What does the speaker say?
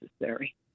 necessary